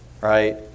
right